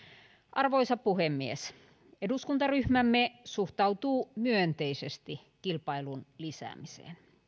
arvoisa puhemies eduskuntaryhmämme suhtautuu myönteisesti kilpailun lisäämiseen